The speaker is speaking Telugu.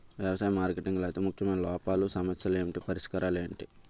వ్యవసాయ మార్కెటింగ్ లో అతి ముఖ్యమైన లోపాలు సమస్యలు ఏమిటి పరిష్కారాలు ఏంటి?